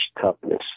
toughness